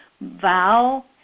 vow